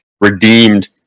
redeemed